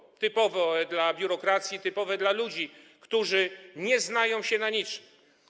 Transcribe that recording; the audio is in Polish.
Jest to typowe dla biurokracji, typowe dla ludzi, którzy nie znają się na niczym.